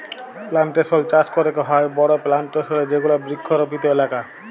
plantation চাস ক্যরেক হ্যয় বড় প্লানটেশল এ যেগুলা বৃক্ষরপিত এলাকা